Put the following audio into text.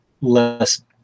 less